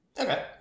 Okay